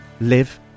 live